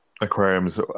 aquariums